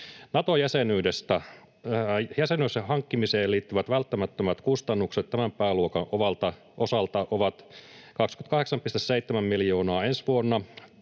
Nato-jäsenyydestä: Jäsenyyden hankkimiseen liittyvät välttämättömät kustannukset tämän pääluokan osalta ovat 28,7 miljoonaa ensi vuonna.